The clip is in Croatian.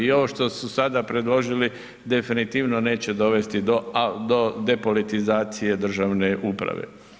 I ovo što su sada predložili definitivno neće dovesti do depolitizacije državne uprave.